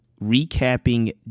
recapping